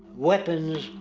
weapons,